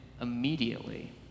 immediately